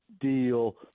deal